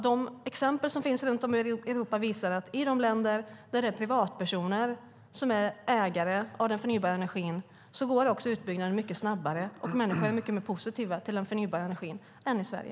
De exempel som finns runt om i Europa visar att i de länder där det är privatpersoner som är ägare av den förnybara energin går också utbyggnaden mycket snabbare, och människor är mycket mer positiva till den förnybara energin än i Sverige.